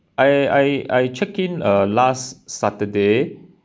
I I I checked in uh last saturday